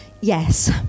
Yes